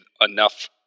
enough